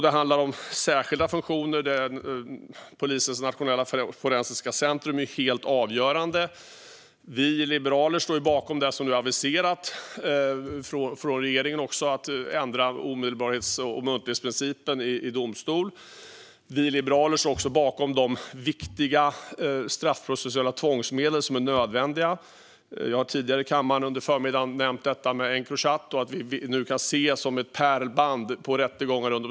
Det handlar även om särskilda funktioner. Polisens nationella forensiska centrum är helt avgörande. Vi liberaler står bakom det som regeringen aviserat om att ändra omedelbarhetsprincipen och muntlighetsprincipen i domstol. Vi liberaler står också bakom de viktiga straffprocessuella tvångsmedel som är nödvändiga. Jag har tidigare under förmiddagen i kammaren nämnt detta med Encrochat och att det nu spelas upp interiörer som ett pärlband på rättegångar.